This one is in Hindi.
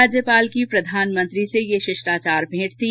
राज्यपाल की प्रधानमंत्री से यह शिष्टाचार भेंट थी